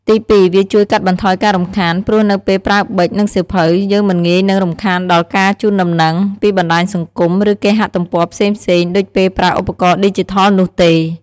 ទីពីរ វាជួយ កាត់បន្ថយការរំខាន ព្រោះនៅពេលប្រើប៊ិច និងសៀវភៅ យើងមិនងាយនឹងរំខានដោយការជូនដំណឹង ពីបណ្ដាញសង្គម ឬគេហទំព័រផ្សេងៗដូចពេលប្រើឧបករណ៍ឌីជីថលនោះទេ។